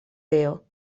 veo